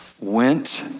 went